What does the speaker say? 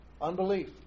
Unbelief